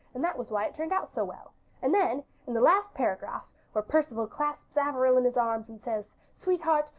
and that was why it turned out so well and then, in the last paragraph, where perceval clasps averil his arms and says, sweetheart,